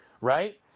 Right